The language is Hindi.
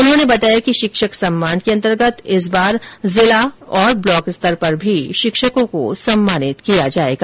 उन्होंने बताया कि शिक्षक सम्मान के अंतर्गत इस बार जिला और ब्लॉक स्तर पर भी शिक्षकों को सम्मानित किया जाएगा